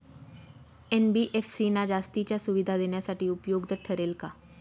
NBFC ना जास्तीच्या सुविधा देण्यासाठी उपयुक्त ठरेल का?